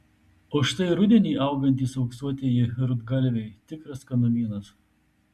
o štai rudenį augantys auksuotieji rudgalviai tikras skanumynas